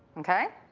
okay,